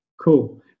Cool